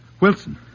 Wilson